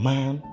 Man